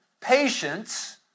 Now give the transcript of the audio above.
patience